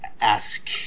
ask